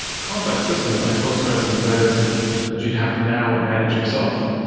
complex systems like postgresql and redis and that you'd have to now manage yourself.